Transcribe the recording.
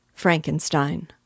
Frankenstein